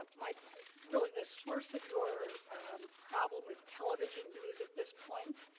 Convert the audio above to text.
um my really the source of your problem with television news at this point,